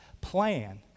plan